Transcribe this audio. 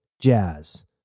Jazz